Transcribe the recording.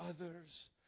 others